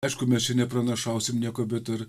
aišku mes čia nepranašausim nieko bet ar